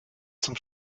zum